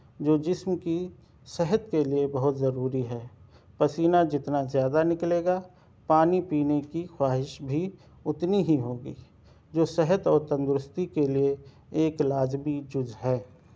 جو جسم کی صحت کے لئے بہت ضروری ہے پسینہ جتنا زیادہ نکلے گا پانی پینے کی خواہش بھی اتنی ہی ہوگی جو صحت اور تندرستی کے لئے ایک لازمی جز ہے